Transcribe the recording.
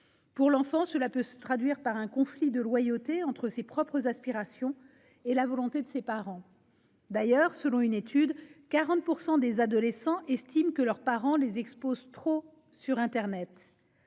L'enfant peut alors être confronté à un conflit de loyauté entre ses propres aspirations et la volonté de ses parents. D'ailleurs, selon une étude, 40 % des adolescents estiment que leurs parents les exposent trop sur internet.